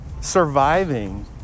Surviving